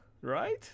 Right